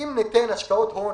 אם ניתן השקעות הון